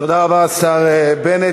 תודה רבה, השר בנט.